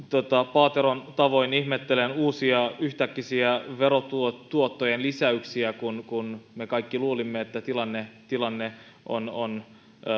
paateron tavoin ihmettelen uusia yhtäkkisiä verotuottojen lisäyksiä kun kun me kaikki luulimme että tilanne tilanne on on